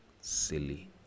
silly